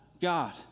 God